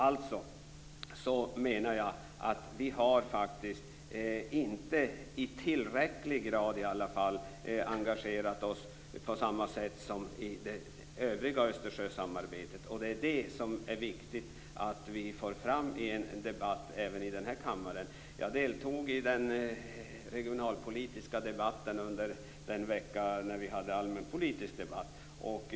Alltså menar jag att vi i alla fall inte i tillräcklig grad har engagerat oss här på samma sätt som i det övriga Östersjösamarbetet. Det är viktigt att det förs fram i en debatt även i denna kammare. Jag deltog i den regionalpolitiska debatten under samma vecka som vi hade allmänpolitisk debatt.